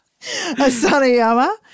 Asanayama